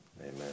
Amen